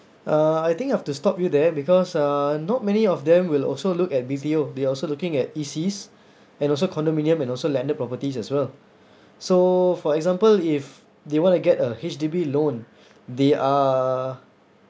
uh I think I've to stop you there because uh not many of them will also look at B_T_O they're also looking at E_C's and also condominium and also landed properties as well so for example if they want to get a H_D_B loan they are